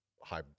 high